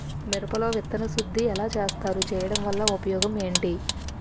మిరప లో విత్తన శుద్ధి ఎలా చేస్తారు? చేయటం వల్ల ఉపయోగం ఏంటి?